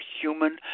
human